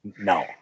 No